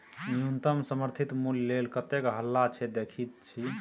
न्युनतम समर्थित मुल्य लेल कतेक हल्ला छै देखय छी